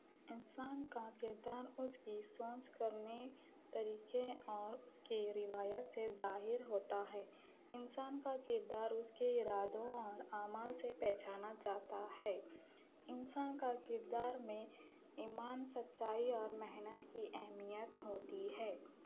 انسان کا کردار اس کی سوچ کرنے طریقے اور اس کی روایت سے ظاہر ہوتا ہے انسان کا کردار اس کے ارادوں اور اعمال سے پہچانا جاتا ہے انسان کا کردار میں ایمان سچائی اور محنت کی اہمیت ہوتی ہے